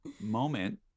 moment